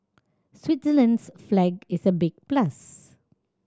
Switzerland's flag is a big plus